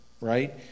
right